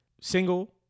single